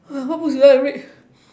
what books you like to read